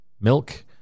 milk